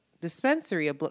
dispensary